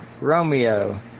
Romeo